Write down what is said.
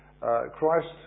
Christ